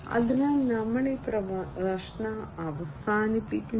അതിനാൽ ഞങ്ങൾ ഈ പ്രഭാഷണം അവസാനിപ്പിക്കുന്നു